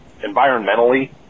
Environmentally